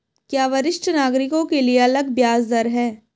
क्या वरिष्ठ नागरिकों के लिए अलग ब्याज दर है?